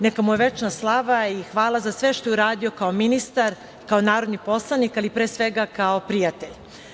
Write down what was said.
Neka mu je večna slava i hvala za sve što je uradio kao ministar, kao narodni poslanik, ali pre svega kao prijatelj.